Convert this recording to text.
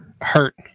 Hurt